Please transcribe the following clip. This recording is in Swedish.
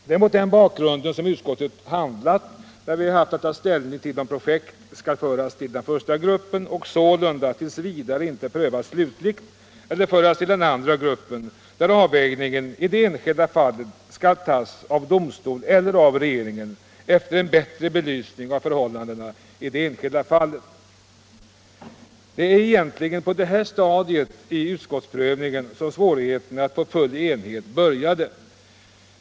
Det är mot den bakgrunden som utskottet handlat när vi haft att ta ställning till om projekt skall föras till den första gruppen och sålunda t. v. inte prövas slutligt eller till den andra gruppen, där avvägningen i det enskilda fallet skall tas av domstol eller av regeringen efter en bättre belysning av förhållandena i det enskilda fallet. Det är egentligen på det här stadiet i utskottsprövningen som svårigheterna att nå en full enighet började.